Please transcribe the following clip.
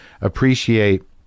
appreciate